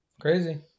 crazy